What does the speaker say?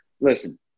Listen